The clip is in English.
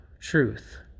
truth